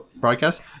broadcast